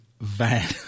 van